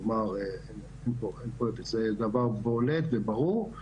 כלומר זה דבר בולט וברור.